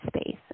space